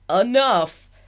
enough